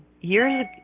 Years